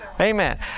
Amen